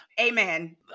Amen